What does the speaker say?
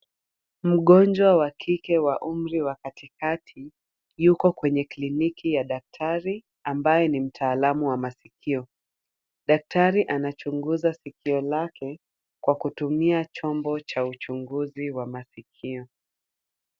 Mgonjwa wa kike wa umri wa katikati yuko kwenye kliniki ya daktari ambaye ni mtaalamu wa masikio. Daktari anachunguza sikio lake kwa kutumia chombo cha uchunguzi wa masikio.